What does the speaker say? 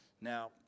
Now